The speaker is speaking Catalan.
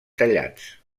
tallats